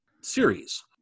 series